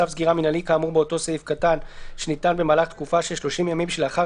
צו סגירה מינהלי כאמור באותו סעיף קטן שניתן ב-30 הימים שלאחר